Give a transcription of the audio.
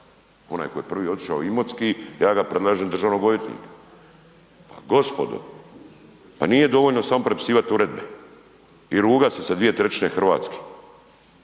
onaj koji je prvi otišao u Imotski ja ga predlažem za državnog odvjetnika. Pa gospodo, pa nije dovoljno samo prepisivat uredbe i rugat se sa dvije trećine Hrvatske